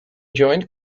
joined